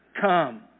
come